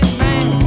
man